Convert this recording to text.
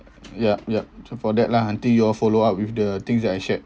yup yup for that lah until you all follow up with the things that I shared